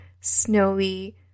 snowy